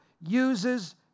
uses